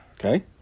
Okay